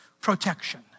protection